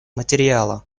материала